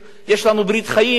יש לנו ברית חיים,